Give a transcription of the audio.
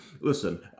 listen